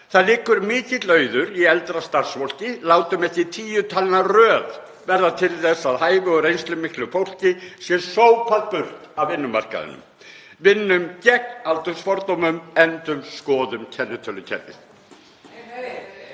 Það liggur mikill auður í eldra starfsfólki. Látum ekki tíu talna röð verða til þess að hæfu og reynslumiklu fólki sé sópað burt af vinnumarkaðinum. Vinnum gegn aldursfordómum, endurskoðum kennitölukerfið.